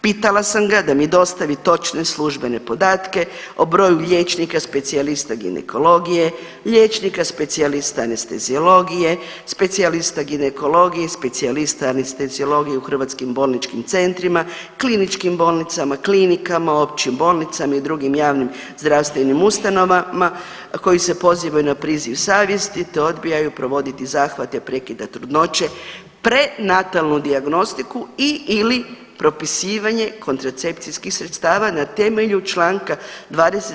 Pitala sam ga da mi dostavi točne službene podatke o broju liječnika specijalista ginekologije, liječnika specijalista anesteziologije, specijalista ginekologije i specijalista anesteziologije u hrvatskim bolničkim centrima, kliničkim bolnicama, klinikama, općim bolnicama i drugim javnim zdravstvenim ustanovama koji se pozivaju na priziv savjesti te odbijaju provoditi zahvate prekida trudnoće, prenatalnu dijagnostiku i/ili propisivanje kontracepcijskih sredstava na temelju Članka 20.